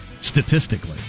statistically